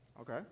Okay